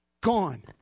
gone